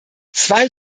zwei